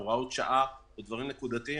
בהוראות שעה או בדברים נקודתיים,